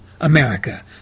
America